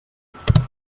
divulgatiu